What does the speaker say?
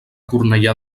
cornellà